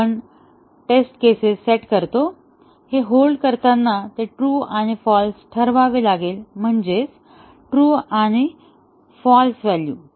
आपण testing cases set करतो हे होल्ड करताना ते ट्रू आणि फाल्स ठरवावे लागेल म्हणजेच ट्रू आणि फाल्स व्हॅल्यू